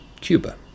Cuba